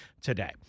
today